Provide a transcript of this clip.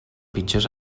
pitjors